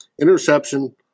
interception